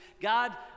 God